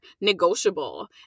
negotiable